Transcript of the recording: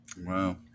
Wow